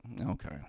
Okay